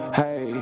hey